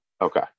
Okay